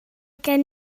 gen